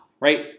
right